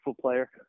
player